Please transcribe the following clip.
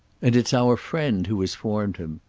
and it's our friend who has formed him.